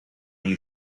you